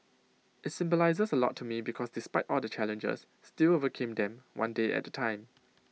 IT symbolises A lot to me because despite all the challenges still overcame them one day at A time